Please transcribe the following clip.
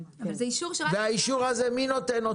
אבל זה אישור שרק --- ואת האישור הזה מי נותן?